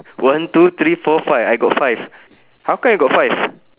one two three four five I got five how come I got five